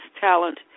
talent